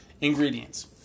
Ingredients